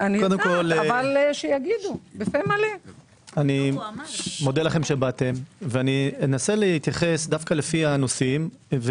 קודם כל אני מודה לכם שבאתם ואנסה להתייחס לפי הנושאים,